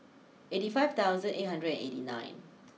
eighty five thousand eight hundred and eighty nine